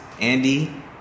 Andy